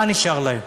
מה נשאר להם?